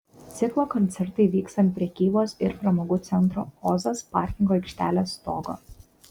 ciklo koncertai vyks ant prekybos ir pramogų centro ozas parkingo aikštelės stogo